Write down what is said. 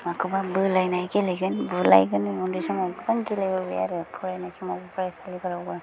माखौबा बोलायनाय गेलेगोन बुलायगोन उन्दै समाव गोबां गेलेबोबाय आरो फरायनाय समाव फरायसालिफ्रावबो